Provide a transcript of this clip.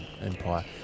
Empire